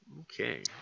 Okay